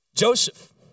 Joseph